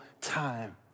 time